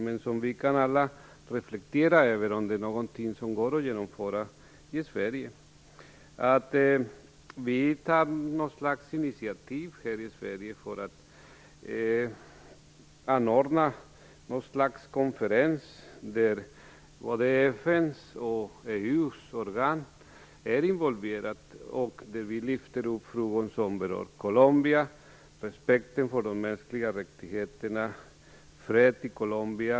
Men vi kan alla reflektera över om det går att genomföra att vi i Sverige tar något slags initiativ för att anordna en konferens där både FN:s och EU:s organ är involverade och där vi lyfter upp frågor som berör Colombia, respekten för de mänskliga rättigheterna och fred i Colombia.